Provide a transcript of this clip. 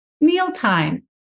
mealtime